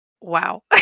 wow